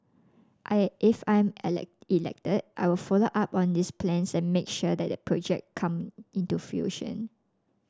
I if I'm elected I will follow up on these plans and make sure that the project come into fruition